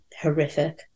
horrific